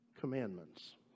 commandments